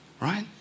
right